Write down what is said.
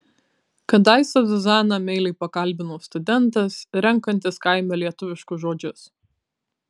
kadaise zuzaną meiliai pakalbino studentas renkantis kaime lietuviškus žodžius